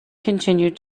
continued